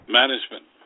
management